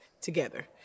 together